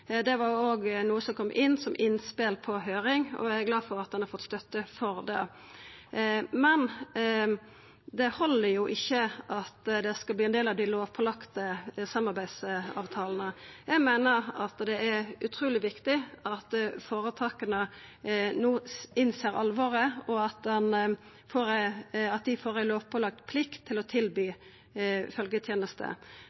Det var noko som kom som innspel i høyringa, og eg er glad for at ein har fått støtte for det. Men det held jo ikkje at det skal vera ein del av dei lovpålagde samarbeidsavtalane. Eg meiner det er utruleg viktig at føretaka no innser alvoret, og at dei får ei lovpålagd plikt til å